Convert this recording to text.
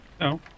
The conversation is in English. No